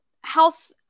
health